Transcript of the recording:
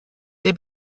der